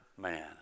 man